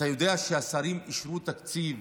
אתה יודע שהשרים אישרו תקציב